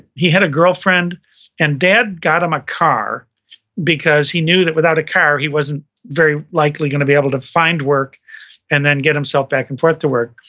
he had a girlfriend and dad got him a car because he knew that without a car, he wasn't very likely gonna be able to find work and then get himself back and forth to work.